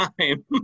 time